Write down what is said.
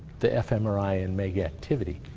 the fmri and meg activity.